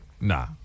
Nah